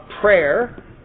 prayer